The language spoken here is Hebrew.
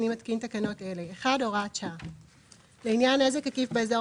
אני מתקין תקנות אלה: הוראת שעה לעניין נזק עקיף באזור